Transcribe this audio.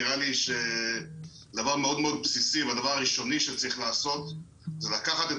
נראה לי שדבר מאוד בסיסי והדבר הראשוני שצריך לעשות זה לקחת את